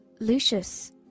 lucius